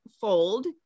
fold